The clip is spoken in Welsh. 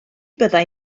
byddai